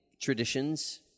traditions